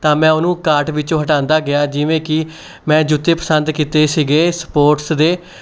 ਤਾਂ ਮੈਂ ਉਹਨੂੰ ਕਾਰਟ ਵਿੱਚੋਂ ਹਟਾਉਂਦਾ ਗਿਆ ਜਿਵੇਂ ਕਿ ਮੈਂ ਜੁੱਤੇ ਪਸੰਦ ਕੀਤੇ ਸੀ ਸਪੋਰਟਸ ਦੇ